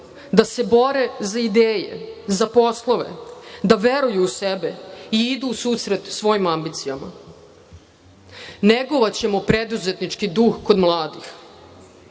da se bore za ideje, za poslove, da veruju u sebe i idu u susret svojim ambicijama. Negovaćemo preduzetnički duh kod mladih.